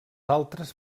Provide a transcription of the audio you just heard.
altres